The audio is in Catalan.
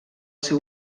seu